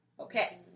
Okay